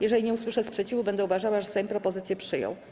Jeżeli nie usłyszę sprzeciwu, będę uważała, że Sejm propozycję przyjął.